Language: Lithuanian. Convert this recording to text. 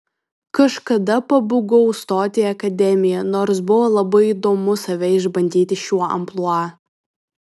kažkada pabūgau stoti į akademiją nors buvo labai įdomu save išbandyti šiuo amplua